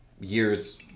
years